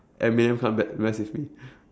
eminem comeback message me